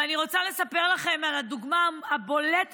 אני רוצה לספר לכם על הדוגמה הבולטת